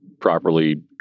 properly